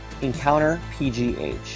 EncounterPGH